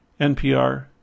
NPR